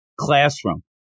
classroom